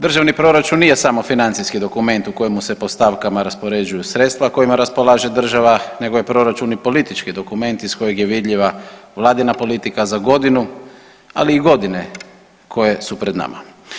Državni proračun nije samo financijski dokument u kojemu se po stavkama raspoređuju sredstva kojima raspolaže država nego je proračun i politički dokument iz kojeg je vidljiva vladina politika za godinu, ali i godine koje su pred nama.